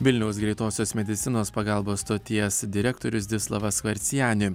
vilniaus greitosios medicinos pagalbos stoties direktorius zdislavas skorceni